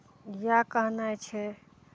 इएह कहनाइ छै